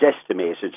estimated